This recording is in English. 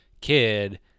kid